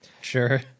Sure